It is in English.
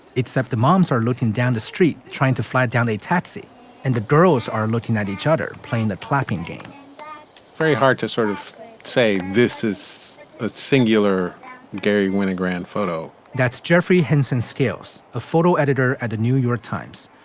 except the moms are looking down the street trying to flag down a taxi and the girls are looking at each other playing a clapping game very hard to sort of say this is a singular garry winogrand photo that's jeffrey henson skills, a photo editor at a new york times.